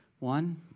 One